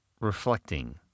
Reflecting